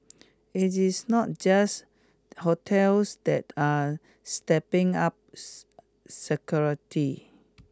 it is not just hotels that are stepping up security